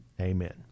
amen